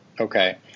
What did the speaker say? Okay